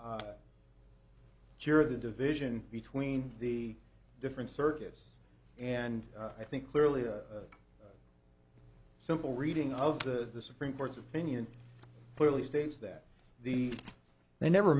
cheer the division between the different circuits and i think clearly a simple reading of the supreme court's opinion clearly states that the they never